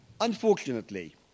unfortunately